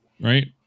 right